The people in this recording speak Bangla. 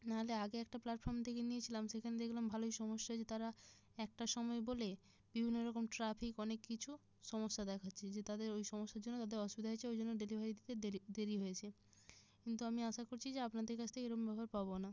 না হলে আগে একটা প্ল্যাটফর্ম থেকে নিয়েছিলাম সেখানে দেখলাম ভালোই সমস্যা হয়েছে তারা একটার সময় বলে বিভিন্ন রকম ট্রাফিক অনেক কিছু সমস্যা দেখাচ্ছে যে তাদের ওই সমস্যার জন্য তাদের অসুবিধা হয়েছে ওই জন্য ডেলিভারি দিতে দেরি হয়েছে কিন্তু আমি আশা করছি যে আপনাদের কাছ থেকে এরকম ব্যবহার পাব না